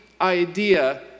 idea